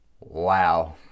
Wow